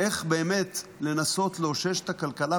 איך לנסות לאושש את הכלכלה?